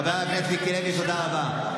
חבר הכנסת מיקי לוי, תודה רבה.